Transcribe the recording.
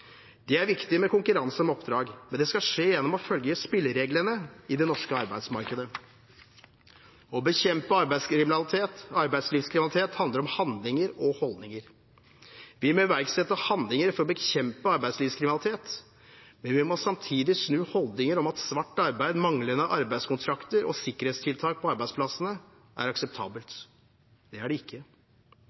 Det er viktig med konkurranse om oppdrag, men det skal skje gjennom å følge spillereglene i det norske arbeidsmarkedet. Å bekjempe arbeidslivskriminalitet handler om handlinger og holdninger. Vi må iverksette handlinger for å bekjempe arbeidslivskriminalitet, men vi må samtidig snu holdninger om at svart arbeid og manglende arbeidskontrakter og sikkerhetstiltak på arbeidsplassene er akseptabelt. Det er det ikke.